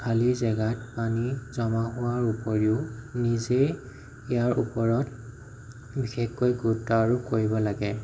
খালি জেগাত পানী জমা হোৱাৰ ওপৰিও নিজে ইয়াৰ ওপৰত বিশেষকৈ গুৰুত্ব আৰোপ কৰিব লাগে